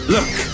Look